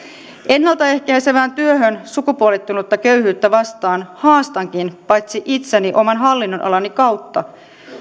ennalta ehkäisevään työhön sukupuolittunutta köyhyyttä vastaan haastankin paitsi itseni oman hallinnonalani kautta